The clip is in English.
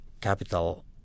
capital